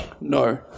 No